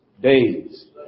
days